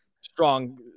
strong